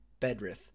bedrith